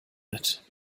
mit